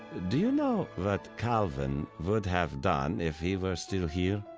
do you know what calvin would have done if he were still here?